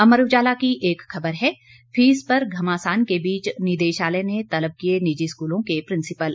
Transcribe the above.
अमर उजाला की एक खबर है फीस पर घमासान के बीच निदेशालय ने तलब किए निजी स्कूलों के प्रिंसिपल